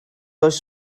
oes